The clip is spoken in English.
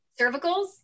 cervicals